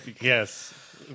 Yes